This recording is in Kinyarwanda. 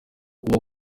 uwo